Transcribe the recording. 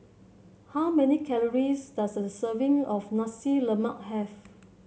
how many calories does a serving of Nasi Lemak have